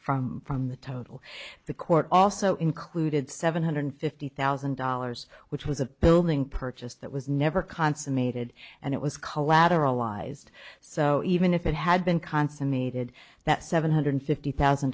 from from the total the court also included seven hundred fifty thousand dollars which was a building purchase that was never consummated and it was collateralized so even if it had been consummated that seven hundred fifty thousand